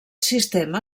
sistema